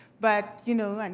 but, you know, and